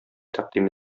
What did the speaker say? тәкъдим